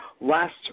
Last